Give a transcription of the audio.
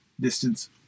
distance